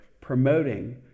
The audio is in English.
promoting